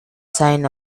sign